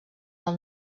del